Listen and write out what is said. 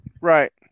Right